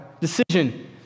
Decision